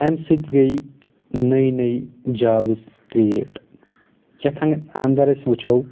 امہِ سۭتۍ گٔیے نٔے نٔے جابٕس کرٛیٹ کیٛاتھنٛگ انٛدر أسۍ وٕچھو